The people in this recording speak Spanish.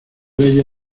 leyes